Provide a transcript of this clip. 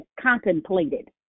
contemplated